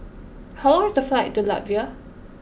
how long is the flight to Latvia